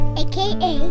aka